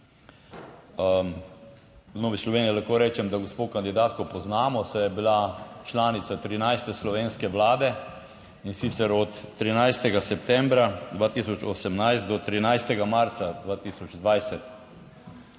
V Novi Sloveniji lahko rečem, da gospo kandidatko poznamo, saj je bila članica 13. slovenske vlade, in sicer od 13. septembra 2018 do 13. marca 2020,